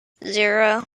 zero